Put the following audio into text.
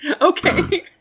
Okay